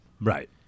Right